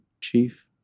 chief